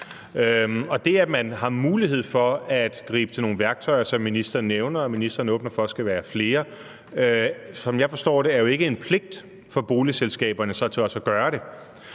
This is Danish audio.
det, at man har mulighed for at gribe til nogle værktøjer, som ministeren nævner, og som ministeren åbner for skal være flere, er, som jeg forstår det, jo ikke en pligt for boligselskaberne til så også at gøre det.